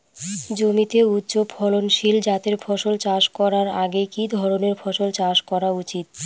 জমিতে উচ্চফলনশীল জাতের ফসল চাষ করার আগে কি ধরণের ফসল চাষ করা উচিৎ?